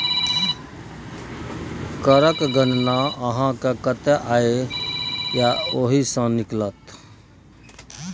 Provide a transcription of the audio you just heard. करक गणना अहाँक कतेक आय यै ओहि सँ निकलत